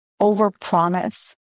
overpromise